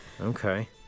Okay